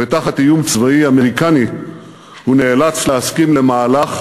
ותחת איום צבאי אמריקני הוא נאלץ להסכים למהלך